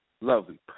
lovely